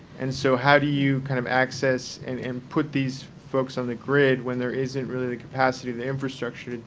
and so how do you kind of access and and put these folks on the grid when there isn't really the capacity, the infrastructure,